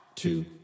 Two